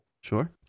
Sure